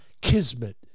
kismet